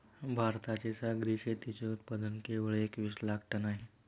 भारताचे सागरी शेतीचे उत्पादन केवळ एकवीस लाख टन आहे